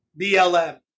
BLM